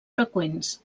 freqüents